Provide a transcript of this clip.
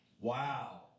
Wow